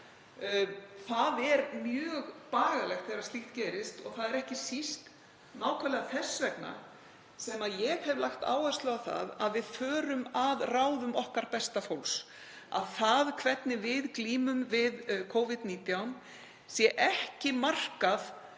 Það er mjög bagalegt þegar slíkt gerist. Það er ekki síst nákvæmlega þess vegna sem ég hef lagt áherslu á það að við förum að ráðum okkar besta fólks, að það hvernig við glímum við Covid-19 sé ekki markað